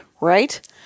Right